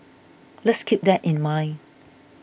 let's keep that in mind